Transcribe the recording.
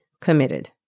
committed